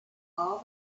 all